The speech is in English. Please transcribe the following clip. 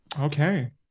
Okay